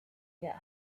get